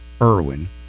Irwin